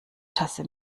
tasse